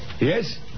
Yes